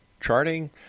charting